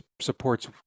supports